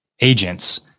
agents